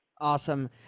Awesome